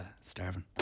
starving